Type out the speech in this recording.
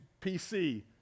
PC